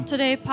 Today